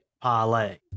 Parlay